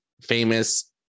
famous